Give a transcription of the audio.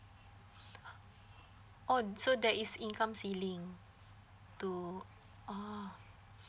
oh so there is income ceiling to ah